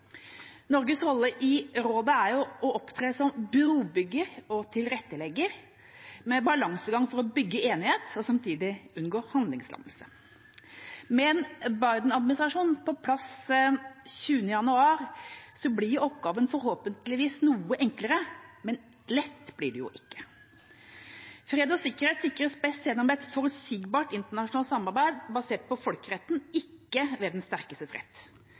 Norges rolle i rådet er å opptre som brobygger og tilrettelegger – med en balansegang for å bygge enighet og samtidig unngå handlingslammelse. Med en Biden-administrasjon på plass fra 20. januar blir oppgaven forhåpentligvis noe enklere, men lett blir det ikke. Fred og sikkerhet sikres best gjennom et forutsigbart internasjonalt samarbeid basert på folkeretten, ikke ved den sterkestes rett.